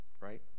right